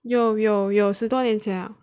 有有有十多年前